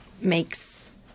makes